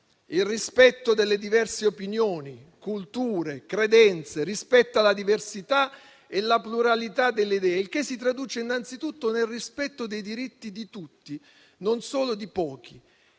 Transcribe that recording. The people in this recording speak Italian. il rispetto delle diverse opinioni, culture, credenze; rispetta la diversità e la pluralità delle idee. Ciò si traduce innanzitutto nel rispetto dei diritti di tutti, non solo di pochi.